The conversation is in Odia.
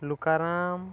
ଲୁକାରାମ୍